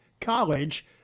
college